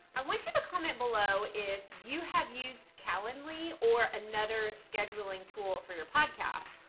i went to the comment below if you have used calland lee or another scheduling tool for your podcast.